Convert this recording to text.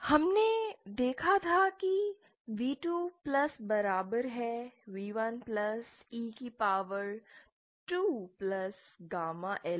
हमने देखा था कि v2 प्लस बराबर है V1 प्लस e की पावर 2 प्लस गामा L के